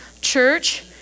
Church